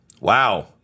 wow